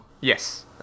Yes